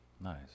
Nice